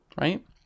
right